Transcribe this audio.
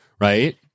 Right